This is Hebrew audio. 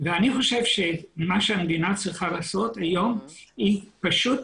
ואני חושב שמה שהמדינה צריכה לעשות היום היא פשוט